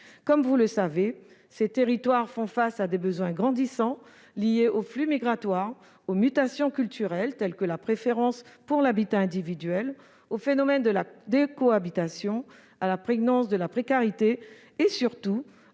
Comme vous le savez, ces territoires font face à des besoins grandissants liés aux flux migratoires, aux mutations culturelles telles que la préférence pour l'habitat individuel, au phénomène de la décohabitation, à la prégnance de la précarité et surtout